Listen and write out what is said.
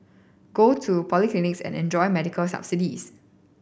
go to polyclinics and enjoy medical subsidies